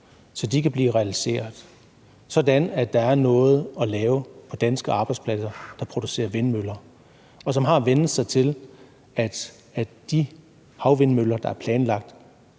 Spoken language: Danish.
så de kan blive realiseret, sådan at der er noget at lave på danske arbejdspladser, der producerer vindmøller, og som har vænnet sig til, at de havvindmøller, der er planlagt,